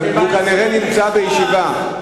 זה אושר ב-2009.